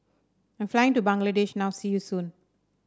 I'm flying to Bangladesh now see you soon